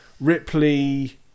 ripley